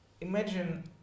imagine